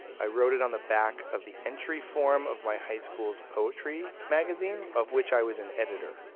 i wrote it on the back of the entry form of my high school's poetry magazine of which i was an editor.